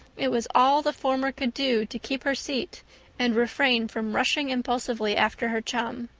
it was all the former could do to keep her seat and refrain from rushing impulsively after her chum.